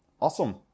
awesome